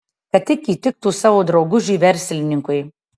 kad tik įtiktų savo draugužiui verslininkui